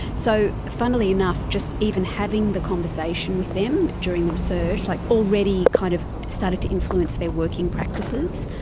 so funnily enough just even having the conversation with them during the research like already kind of started to influence their working practices.